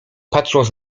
patrząc